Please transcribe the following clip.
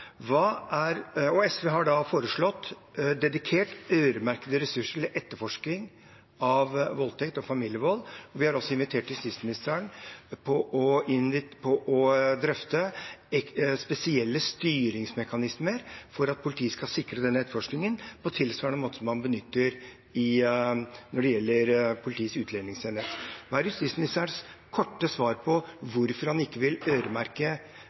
også for familievold. SV har foreslått dedikert øremerkede ressurser til etterforskning av voldtekt og familievold. Vi har også invitert justisministeren til å drøfte spesielle styringsmekanismer for at politiet skal sikre den etterforskningen – på tilsvarende måte som man benytter når det gjelder Politiets utlendingsenhet. Hva er justisministerens korte svar på hvorfor han ikke vil øremerke